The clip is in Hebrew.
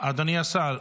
אדוני השר?